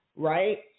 right